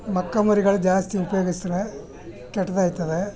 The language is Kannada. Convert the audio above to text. ಮಕ್ಕಳು ಮರಿಗಳು ಜಾಸ್ತಿ ಉಪಯೋಗಿಸ್ತಾರೆ ಕೆಟ್ಟದಾಗ್ತದೆ